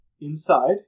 inside